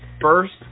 first